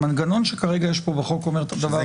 המנגנון שכרגע יש פה בחוק אומר את הדבר הבא --- שזה